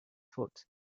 foot